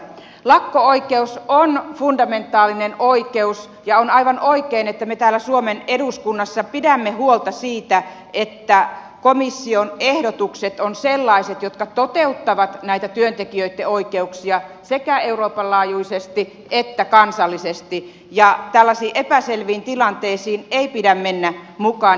lakko oikeus on fundamentaalinen oikeus ja on aivan oikein että me täällä suomen eduskunnassa pidämme huolta siitä että komission ehdotukset ovat sellaiset että ne toteuttavat näitä työntekijöitten oikeuksia sekä euroopan laajuisesti että kansallisesti ja tällaisiin epäselviin tilanteisiin ei pidä mennä mukaan